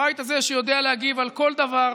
הבית הזה, שיודע להגיב על כל דבר,